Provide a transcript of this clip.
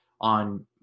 on